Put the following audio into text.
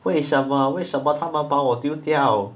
为什么为什么他们把我丢掉